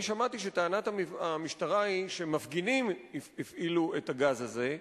אני שמעתי שטענת המשטרה היא שמפגינים הפעילו את הגז הזה.